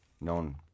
known